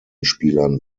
spielern